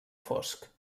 fosc